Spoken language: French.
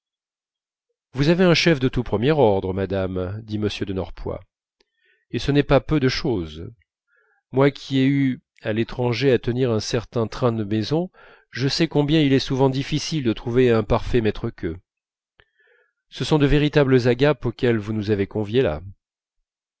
vous avez un chef de tout premier ordre madame dit m de norpois et ce n'est pas peu de chose moi qui ai eu à l'étranger à tenir un certain train de maison je sais combien il est souvent difficile de trouver un parfait maître queux ce sont de véritables agapes auxquelles vous nous avez conviés là